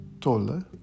Tolle